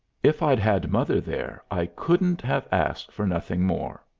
if i'd had mother there i couldn't have asked for nothing more.